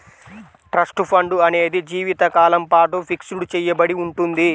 trust fund అనేది జీవితకాలం పాటు ఫిక్స్ చెయ్యబడి ఉంటుంది